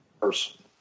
person